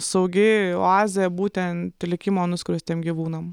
saugi oazė būtent likimo nuskriaustiem gyvūnam